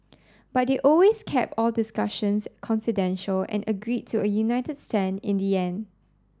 but they always kept all discussions confidential and agreed to a united stand in the end